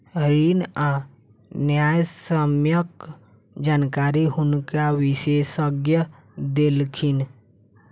ऋण आ न्यायसम्यक जानकारी हुनका विशेषज्ञ देलखिन